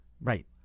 Right